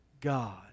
God